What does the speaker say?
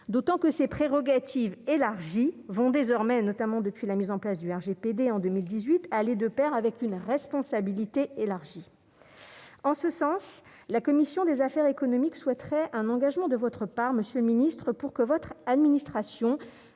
d'autant que ses prérogatives élargies vont désormais, notamment depuis la mise en place du RGPD en 2018 aller de Pair avec une responsabilité élargie en ce sens, la commission des affaires économiques souhaiteraient un engagement de votre part, monsieur le ministre pour que votre administration